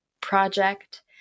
project